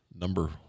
number